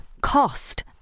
cost